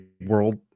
world